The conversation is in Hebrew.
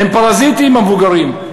הם פרזיטים, המבוגרים.